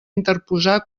interposar